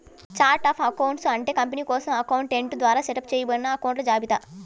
chart of accounts అంటే company కోసం accountant ద్వారా సెటప్ చేయబడిన అకొంట్ల జాబితా